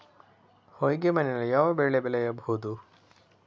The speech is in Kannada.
ಹೊಯ್ಗೆ ಮಣ್ಣಿನಲ್ಲಿ ಯಾವ ಬೆಳೆ ಬೆಳೆಯಬಹುದು?